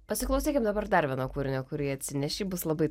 pasiklausykim dabar dar vieno kūrinio kurį atsinešei bus labai